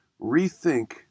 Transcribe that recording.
rethink